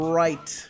right